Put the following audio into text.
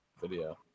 video